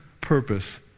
purpose